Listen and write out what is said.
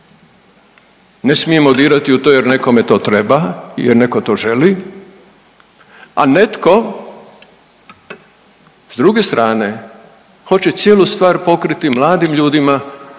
ne smijemo dirati u to jer nekome to treba, jer netko to želi, a netko s druge strane hoće cijelu stvar pokriti mladim ljudima